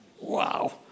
Wow